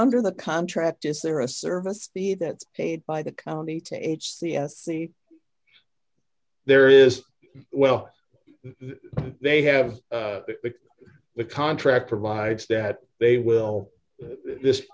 under the contract is there a service the that paid by the county to h c s c there is well they have the contract provides that they will this